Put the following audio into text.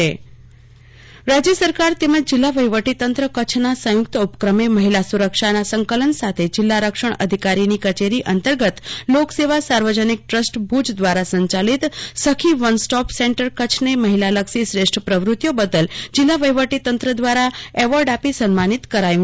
કલ્પના Shah Sakhi one stop centre award રાજ્ય સરકાર તેમજ વહીવટીતંત્ર કચ્છના સંયુક્ત ઉપક્રમે મહિલા સુરક્ષાના સંકલન સાથે જીલ્લા રક્ષણ અધિકારીની કચેરી અંતર્ગત લોકસેવા સાર્વજનિક ટ્રસ્ટ ભુજ દ્વારા સંચાલિત સખીવન સ્ટોપ સેન્ટર કચ્છને મહિલાલક્ષી શ્રેષ્ઠ પ્રવૃતિઓ બદલ જીલ્લા વહીવટી તંત્ર દ્વારા એવોર્ડ આપી સન્માનિત કરાયા હતા